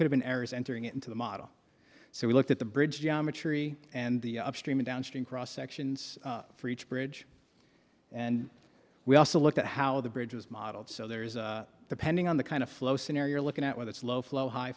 could have been errors entering it into the model so we looked at the bridge geometry and the upstream and downstream cross sections for each bridge and we also looked at how the bridge was modeled so there is the pending on the kind of flow scenario looking at with its low flow high